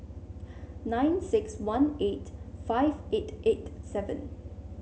nine six one eight five eight eight seven